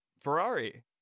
Ferrari